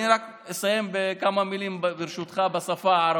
אני רק אסיים בכמה מילים בשפה הערבית,